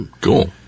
Cool